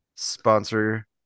Sponsor